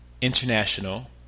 international